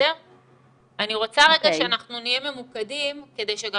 אני רוצה שאנחנו נהיה ממוקדים כדי שגם